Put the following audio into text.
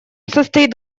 состоит